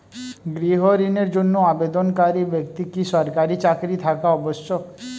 গৃহ ঋণের জন্য আবেদনকারী ব্যক্তি কি সরকারি চাকরি থাকা আবশ্যক?